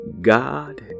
God